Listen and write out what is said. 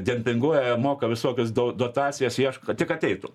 dempinguoja moka visokias do dotacijas ieško kad tik ateitų